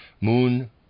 Moon